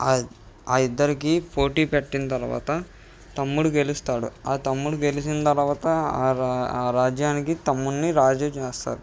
ఆ ఇద్దరికీ పోటీ పెట్టిన తర్వాత తమ్ముడు గెలుస్తాడు ఆ తమ్ముడు గెలిచిన తర్వాత ఆ రాజ్యానికి తముడ్ని రాజు చేస్తారు